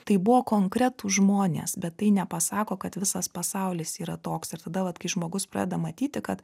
tai buvo konkretūs žmonės bet tai nepasako kad visas pasaulis yra toks ir tada vat kai žmogus pradeda matyti kad